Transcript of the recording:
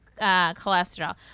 cholesterol